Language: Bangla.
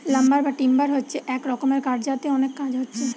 লাম্বার বা টিম্বার হচ্ছে এক রকমের কাঠ যাতে অনেক কাজ হচ্ছে